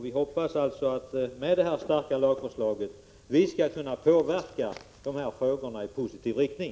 Vi hoppas alltså att vi med det här starka lagförslaget skall kunna påverka dessa frågor i positiv riktning.